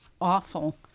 awful